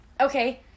Okay